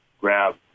grab